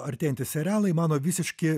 artėjantys serialai mano visiški